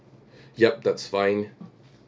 yup that's fine